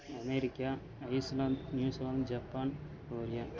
America Iceland New Zealand Japan Korea